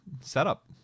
setup